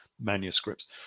manuscripts